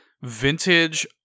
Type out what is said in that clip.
vintage